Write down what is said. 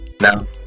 Now